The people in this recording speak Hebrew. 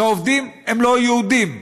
שהעובדים בהן הם לא יהודים.